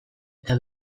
eta